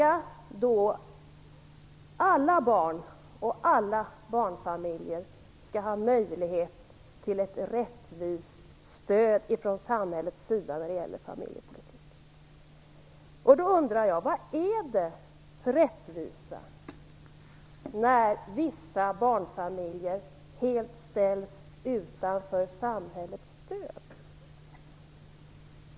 Alla barn och alla barnfamiljer skall ha möjlighet till ett rättvist stöd från samhället. Vad är det för rättvisa i att vissa barnfamiljer helt ställs utanför samhällets stöd?